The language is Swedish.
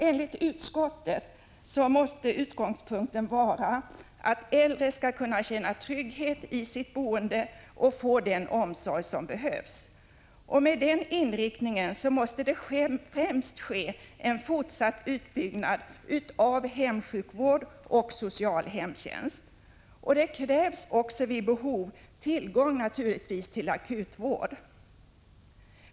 Enligt utskottet måste utgångspunkten vara att de äldre skall kunna känna trygghet i sitt boende och få den omsorg som behövs. Med den inriktningen måste det främst ske en fortsatt utbyggnad av hemsjukvård och social hemtjänst. Det krävs naturligtvis också vid behov tillgång till akutvård.